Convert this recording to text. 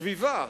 סביבה,